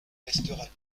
resteras